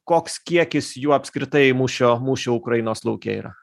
koks kiekis jų apskritai mūšio mūšio ukrainos lauke yra